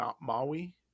maui